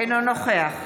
אינו משתתף